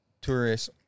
tourists